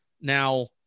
now